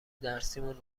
درسیمون